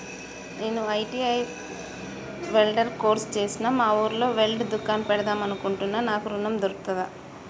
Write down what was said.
నేను ITI welder course చేశ్న మా ఊర్లో వెల్డింగ్ దుకాన్ పెడదాం అనుకుంటున్నా నాకు ఋణం దొర్కుతదా?